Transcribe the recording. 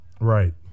Right